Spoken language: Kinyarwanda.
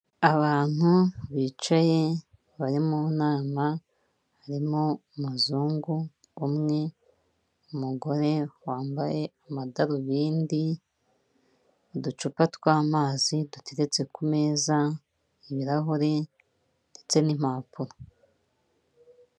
Abantu bicaye bari mu nama harimo umuzungu umwe, umugore wambaye amadarubindi, uducupa tw'amazi duteretse ku meza, ibirahuri ndetse n'impapuro.